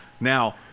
Now